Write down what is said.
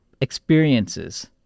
experiences